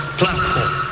platform